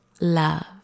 love